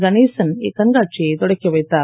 கணேசன் இக்கண்காட்சியைத் தொடக்கி வைத்தார்